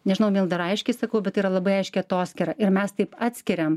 nežinau mildaar aiškiai sakau bet tai yra labai aiški takoskyra ir mes taip atskiriame